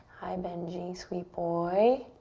hi, benji, sweet boy.